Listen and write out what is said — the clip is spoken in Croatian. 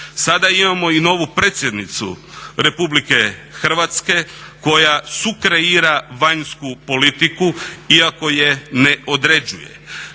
Sada imamo i novu predsjednicu Republike Hrvatske koja sukreira vanjsku politiku iako je ne određuje.